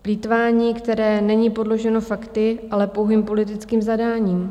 Plýtvání, které není podloženo fakty, ale pouhým politickým zadáním.